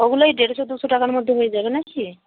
ওগুলো ওই দেড়শো দুশো টাকার মধ্যে হয়ে যাবে না কি